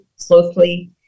closely